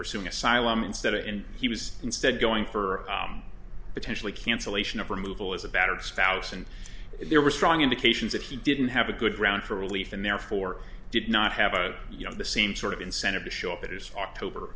pursuing asylum instead and he was instead going for potentially cancellation of removal as a battered spouse and there were strong indications that he didn't have a good round for relief and therefore did not have a you know the same sort of incentive to show up at his october